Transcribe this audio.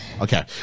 Okay